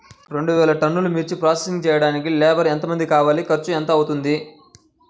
రెండు వేలు టన్నుల మిర్చి ప్రోసెసింగ్ చేయడానికి లేబర్ ఎంతమంది కావాలి, ఖర్చు ఎంత అవుతుంది?